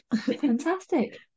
Fantastic